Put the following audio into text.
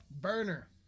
Burner